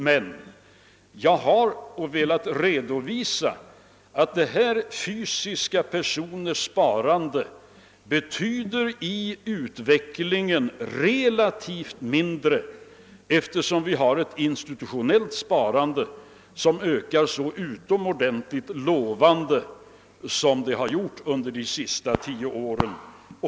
Jag har emellertid velat redovisa att fysiska personers sparande betyder relativt sett mindre i utvecklingen, eftersom vi har ett institutionellt sparande som ökar så utomordentligt lovande som det har gjort under de senaste tio åren.